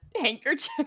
handkerchief